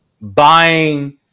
buying